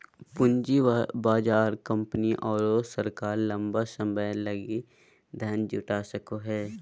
पूँजी बाजार कंपनी आरो सरकार लंबा समय लगी धन जुटा सको हइ